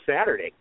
Saturday